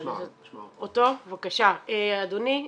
בבקשה אדוני.